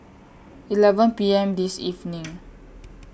eleven P M This evening